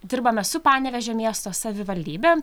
dirbame su panevėžio miesto savivaldybe